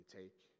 take